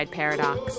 paradox